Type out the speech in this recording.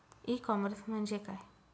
E commerce म्हणजे काय?